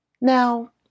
Now